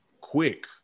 quick